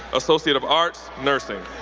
associate of arts, nursing.